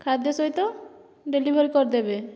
ଖାଦ୍ୟ ସହିତ ଡେଲିଭର କରିଦେବେ